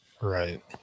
right